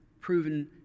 proven